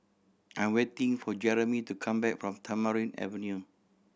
I'm waiting for Jermey to come back from Tamarind Avenue